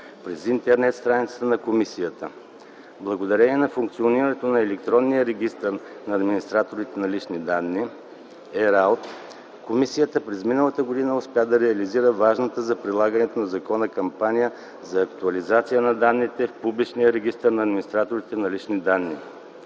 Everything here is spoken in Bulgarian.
през Интернет страницата на комисията. Благодарение на функционирането на електронния регистър на администраторите на лични данни (ЕРАЛД), комисията през миналата година успя да реализира важната за прилагането на закона кампания за актуализация на данните в публичния регистър на администраторите на лични данни.